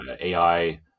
AI